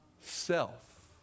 Self